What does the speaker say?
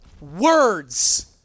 words